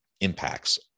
impacts